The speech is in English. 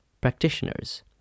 practitioners